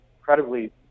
incredibly